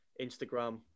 Instagram